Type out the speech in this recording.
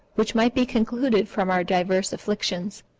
which might be concluded from our divers afflictions,